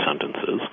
sentences